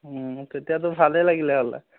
তেতিয়াতো ভালেই লাগিলে হ'লে